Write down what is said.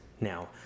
now